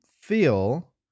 feel